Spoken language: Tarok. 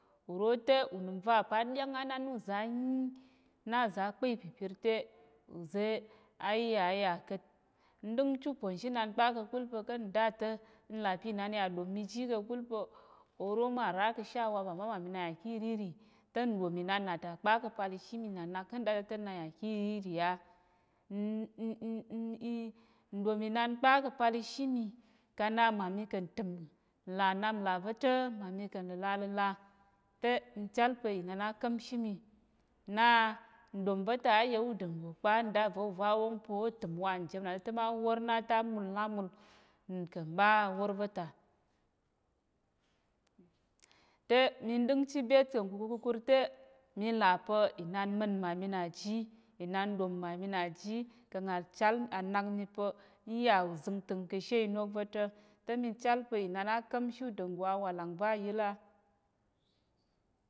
Uro te unəm va pa̱ á ɗyáng á na, na uza̱ á nyi na za̱ á kpa ìpipir uza̱ á yà á ya ka̱t. Nɗəngchi ûponzhinan kpa ka̱kul pa̱ ká̱ nda ta̱ n là pa̱ inan yà ɗom mi ji ka̱kul pa̱ oro ma ra ka̱she awap à má ma mi na n yà ki irírì te nɗom inan na ta kpa ka̱pal ishi mi na nak ká̱ nda ta̱ te- te na n yà ki irírì á nɗom inan kpa ka̱ pal ishi mi ka na mma mi ka̱ ntəm nlà nnap va̱ ta̱ mma mi ka̱ la̱lala̱la te, n chal pa̱ inan á ka̱mshi mi na nɗom va̱ ta á yà ûda nggo kpa n̂da va̱ uva a wong pa̱ ô təm wa njem nà te- te- te- te má wór na te á mul na mul ka̱ mɓa awor va̱ ta. Te mi ɗəngchi byét ka̱ nkukurkukur te mi là pa̱ inan ma̱n mma mi na ji, inan ɗom mma mi na ji kang à chal à nak mi pa̱ n yà uzəngtəng ka̱ she inok va̱ ta̱ te mi chal pa̱ inan á ka̱mshi ûda nggo awàlang va̱ a yíl á.